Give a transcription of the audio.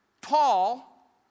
Paul